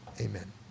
Amen